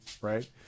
right